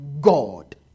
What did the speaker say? God